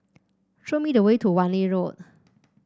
show me the way to Wan Lee Road